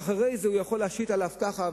ואחרי זה הוא יכול להשית עליו ככה,